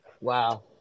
Wow